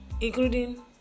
including